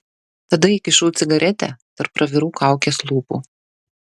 tada įkišau cigaretę tarp pravirų kaukės lūpų